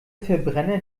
verbrenner